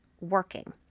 working